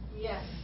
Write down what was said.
Yes